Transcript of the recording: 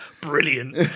brilliant